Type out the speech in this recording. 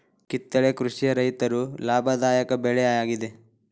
ಕಿತ್ತಳೆ ಕೃಷಿಯ ರೈತರು ಲಾಭದಾಯಕ ಬೆಳೆ ಯಾಗಿದೆ